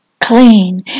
clean